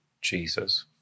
Jesus